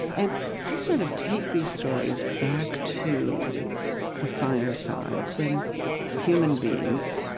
and i sort of take these stories back to the fireside when human beings